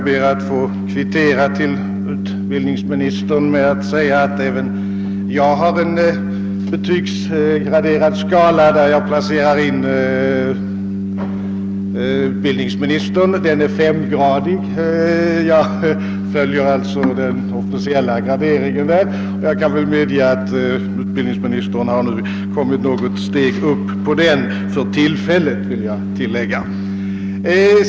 Herr talman! Den graderade skala efter vilken jag för min del betygsätter utbildningsministern är femgradig, jag följer den officiella graderingen. Jag kan medge, att utbildningsministern har kommit något steg upp på den — för tillfället, vill jag tillägga.